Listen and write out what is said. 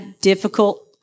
difficult